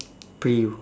pre-U